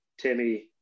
Timmy